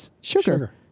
Sugar